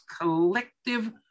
collective